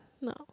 no